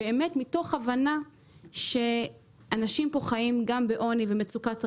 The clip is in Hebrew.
מתוך הבנה שאנשים חיים פה גם בעוני ומצוקת רעב,